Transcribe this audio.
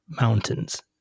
mountains